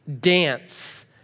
dance